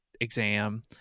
exam